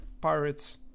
pirates